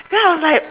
then I'm like